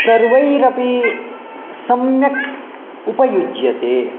सर्वैरपि सम्यक् उपयुज्यते